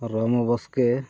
Ramu ᱵᱚᱥᱠᱮ